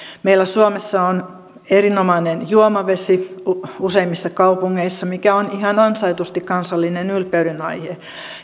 meillä suomessa on erinomainen juomavesi useimmissa kaupungeissa mikä on ihan ansaitusti kansallinen ylpeydenaihe